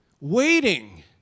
waiting